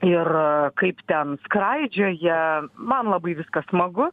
ir kaip ten skraidžioja man labai viskas smagu